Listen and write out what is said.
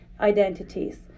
identities